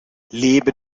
lebe